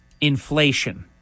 inflation